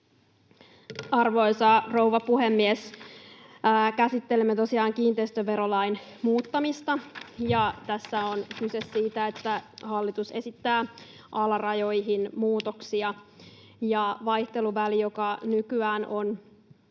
Arvoisa rouva puhemies! Käsittelemme tosiaan kiinteistöverolain muuttamista, ja tässä on kyse siitä, että hallitus esittää alarajaan muutoksia. Vaihteluvälin, joka nykyään on